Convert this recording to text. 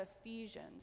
Ephesians